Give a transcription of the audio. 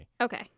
Okay